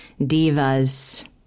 divas